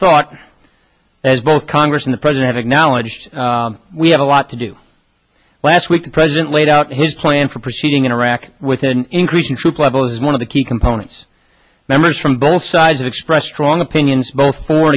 thought as both congress and the president acknowledged we have a lot to do last week the president laid out his plan for proceeding in iraq with an increase in troop levels one of the key components members from both sides expressed wrong opinions both